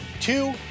two